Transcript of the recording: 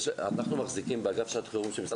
אנחנו מחזיקים באגף שעת חירום של משרד